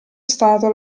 stato